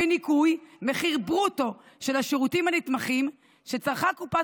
בניכוי מחיר ברוטו של השירותים הנתמכים שצרכה קופת